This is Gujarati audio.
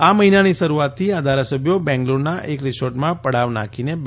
આ મહિનાની શરૂઆતથી આ ધારાસભ્યો બેંગલૂરૂના એક રિસોર્ટમાં પડાવ નાંખીને બેઠા છે